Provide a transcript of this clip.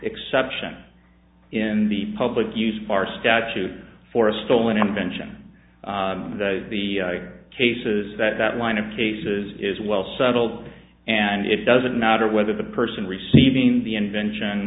exception in the public use far statute for a stolen invention and the cases that that line of cases is well settled and it doesn't matter whether the person receiving the invention